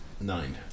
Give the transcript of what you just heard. Nine